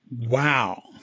Wow